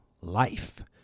life